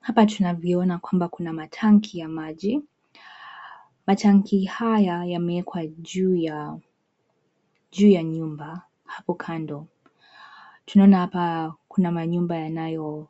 Hapa tunvyoona kwamba kuna matanki ya maji, matanki haya yamewekwa juu ya nyumba hapo kando. Tunaona hapa kuna manyumba yayo